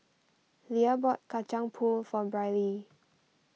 Lia bought Kacang Pool for Brylee